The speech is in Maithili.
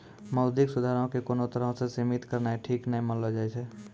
मौद्रिक सुधारो के कोनो तरहो से सीमित करनाय ठीक नै मानलो जाय छै